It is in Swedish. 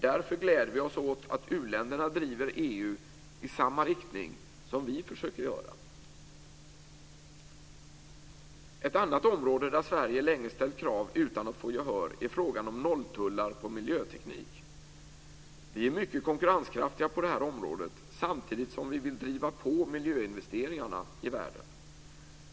Därför gläder vi oss att uländerna driver EU i samma riktning som vi försöker göra. Ett annat område där Sverige länge har ställt krav utan att få gehör är frågan om nolltullar på miljöteknik. Vi är mycket konkurrenskraftiga på detta område, samtidigt som vi vill driva på miljöinvesteringarna i världen.